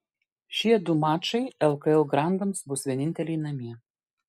šie du mačai lkl grandams bus vieninteliai namie